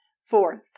Fourth